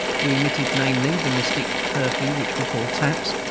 we omitted, namely, the mystic curfew which we call taps,